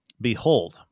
Behold